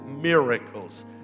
miracles